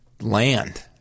land